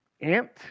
ant